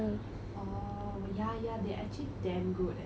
orh ya ya they actually them good eh